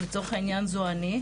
לצורך העניין זו אני,